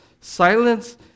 Silence